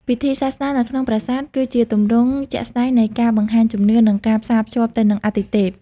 ពិធីសាសនានៅក្នុងប្រាសាទ គឺជាទម្រង់ជាក់ស្ដែងនៃការបង្ហាញជំនឿ និងការផ្សារភ្ជាប់ទៅនឹងអាទិទេព។